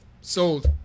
Sold